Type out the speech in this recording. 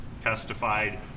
testified